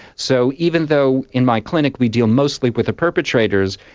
so even though in my clinic we deal mostly with the perpetrators,